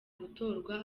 gutorwa